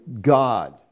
God